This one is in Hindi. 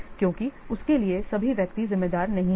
क्योंकि उसके लिए सभी व्यक्ति जिम्मेदार नहीं हैं